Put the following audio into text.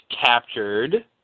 captured